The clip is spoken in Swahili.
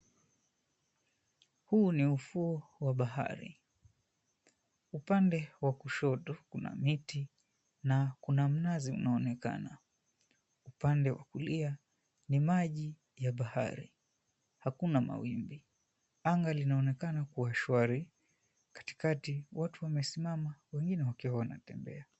Huu ni ufuo wa bahari, upande wa kushoto kuna miti na kuna mnazi unaonekana. Upande wa kulia, ni maji ya bahari. Hakuna mawimbi, anga linaonekana kuwa shwari. Katikati watu wamesimama wengine wakiwa wanatembea.